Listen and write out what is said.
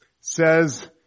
says